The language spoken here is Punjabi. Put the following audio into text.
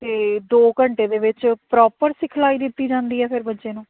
ਅਤੇ ਦੋ ਘੰਟੇ ਦੇ ਵਿੱਚ ਪ੍ਰੋਪਰ ਸਿਖਲਾਈ ਦਿੱਤੀ ਜਾਂਦੀ ਹੈ ਫਿਰ ਬੱਚੇ ਨੂੰ